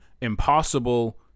impossible